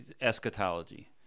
eschatology